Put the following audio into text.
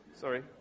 sorry